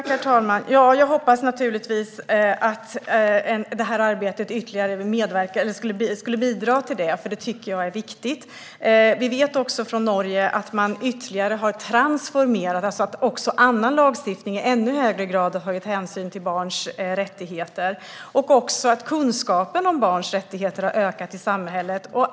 Herr talman! Jag hoppas naturligtvis att detta arbete ska bidra till det. Det tycker jag är viktigt. Vi vet också från Norge att man ytterligare har transformerat, det vill säga att man också i annan lagstiftning i ännu högre grad har tagit hänsyn till barns rättigheter. Kunskapen om barns rättigheter har också ökat i samhället.